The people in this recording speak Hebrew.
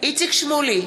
איציק שמולי,